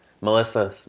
Melissa